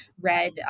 read